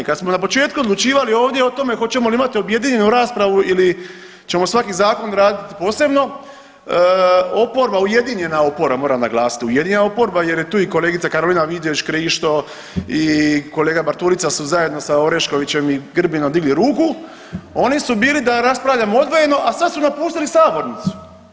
Kad smo na početku odlučivali ovdje o tome hoćemo li imati objedinjenu raspravu ili ćemo svaki zakon raditi posebno, oporba, ujedinjena oporba, moram naglasiti, ujedinjena oporba jer je tu i kolegica Karolina Vidović Krišto i kolega Bartulica su zajedno sa Oreškovićem i Grbinom digli ruku, oni su bili da raspravljamo odvojeno, a sad su napustili sabornicu.